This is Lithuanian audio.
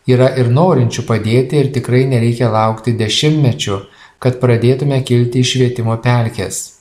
yra ir norinčių padėti ir tikrai nereikia laukti dešimtmečių kad pradėtume kilti iš švietimo pelkės